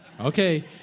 Okay